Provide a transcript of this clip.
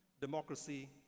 Democracy